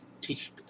teach